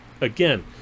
again